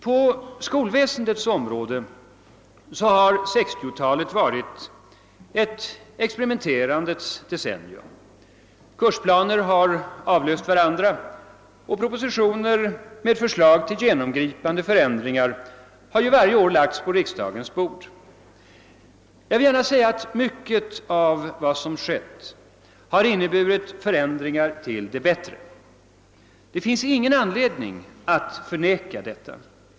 På skolväsendets område har 1960 talet varit ett experimenterandets decennium. Kursplaner har avlöst varandra, och propositioner med förslag till genomgripande förändringar har varje år lagts på riksdagens bord. Jag vill gärna säga att mycket av vad som har skett har inneburit förändringar till det bättre — det finns ingen anledning att förneka det.